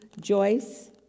Joyce